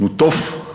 "נו טוף",